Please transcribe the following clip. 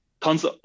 tons